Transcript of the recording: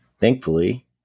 thankfully